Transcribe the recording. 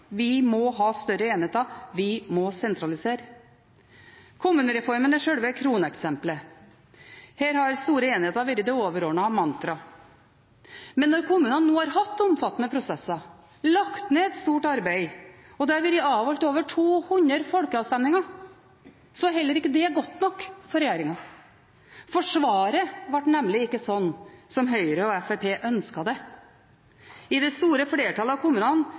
Vi må ha større enheter, vi må sentralisere. Kommunereformen er sjølve kroneksemplet. Her har store enheter blitt det overordnede mantraet. Men når kommunene nå har hatt omfattende prosesser, lagt ned et stort arbeid, og det har vært avholdt over 200 folkeavstemninger, er heller ikke det godt nok for regjeringen, for svaret ble nemlig ikke slik som Høyre og Fremskrittspartiet ønsket det. I det store flertallet av kommunene